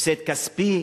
הפסד כספי,